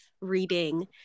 reading